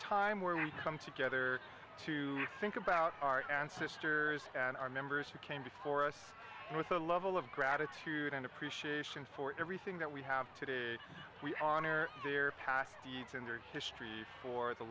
time where we come together to think about our ancestors and our members who came before us with a level of gratitude and appreciation for everything that we have today we honor their past